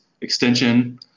extension